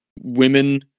women